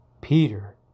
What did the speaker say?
Peter